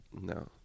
No